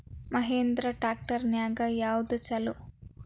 Mahindra tractor ನ್ಯಾಗ ಯಾವ್ದ ಛಲೋ?